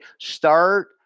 Start